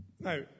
Now